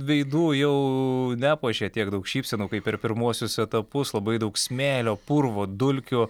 veidų jau nepuošia tiek daug šypsenų kaip per pirmuosius etapus labai daug smėlio purvo dulkių